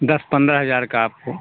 दस पन्द्रह हजार का आपको